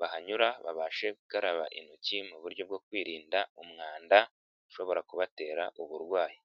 bahanyura babashe gukaraba intoki mu buryo bwo kwirinda umwanda ushobora kubatera uburwayi.